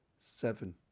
seven